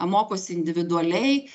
mokosi individualiai